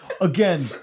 Again